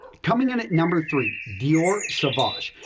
coming in at number three, dior sauvage.